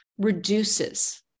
reduces